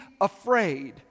afraid